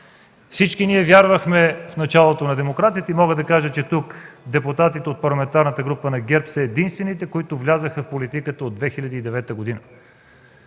Всички ние вярвахме в началото на демокрацията. И мога да кажа, че тук депутатите от Парламентарната група на ГЕРБ са единствените, които влязоха в политиката от 2009 г.